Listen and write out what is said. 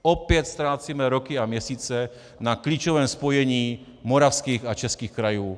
Opět ztrácíme roky a měsíce na klíčovém spojení moravských a českých krajů.